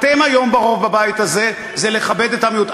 אתם היום הרוב בבית הזה, זה לכבד את המיעוט.